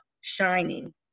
shining